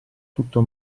tutto